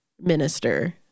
minister